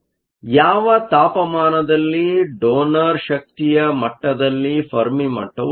ಯಾವ ತಾಪಮಾನದಲ್ಲಿ ಡೋನರ್ ಶಕ್ತಿಯ ಮಟ್ಟದಲ್ಲಿ ಫೆರ್ಮಿ ಮಟ್ಟವು ಇರುತ್ತದೆ